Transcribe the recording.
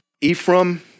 Ephraim